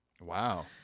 Wow